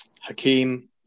Hakeem